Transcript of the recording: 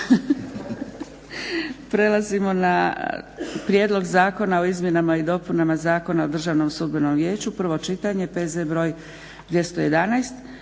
Prelazimo na - Prijedlog Zakona o izmjenama i dopunama Zakona o Državnom sudbenom vijeću, prvo čitanje, P.Z. br. 211